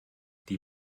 die